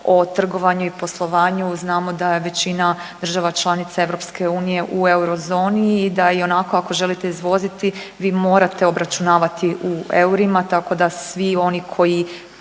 o trgovanju i poslovanju znamo da je većina država članica EU u eurozoni i da ionako ako želite izvoziti vi morate obračunavati u eurima tako da svi oni koji